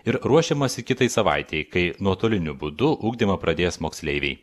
ir ruošiamasi kitai savaitei kai nuotoliniu būdu ugdymą pradės moksleiviai